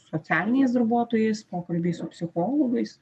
socialiniais darbuotojais pokalbiai su psichologais